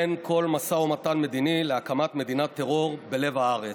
אין כל משא ומתן מדיני להקמת מדינת טרור בלב הארץ.